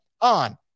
on